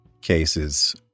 cases